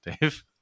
Dave